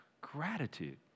gratitude